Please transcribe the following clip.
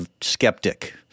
skeptic